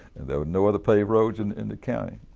and there were no other paved roads and in the county.